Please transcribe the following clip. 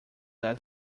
that